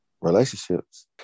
relationships